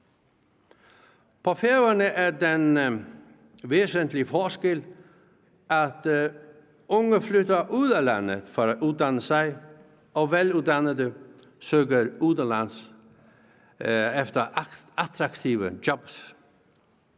På Færøerne er den væsentlige forskel, at unge flytter ud af landet for at uddanne sig, og at veluddannede søger udenlands efter attraktive jobs.